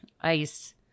ice